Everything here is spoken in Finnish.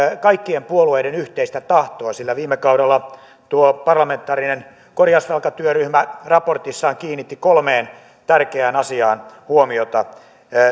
kaikkien puolueiden yhteistä tahtoa sillä viime kaudella tuo parlamentaarinen korjausvelkatyöryhmä raportissaan kiinnitti kolmeen tärkeään asiaan huomiota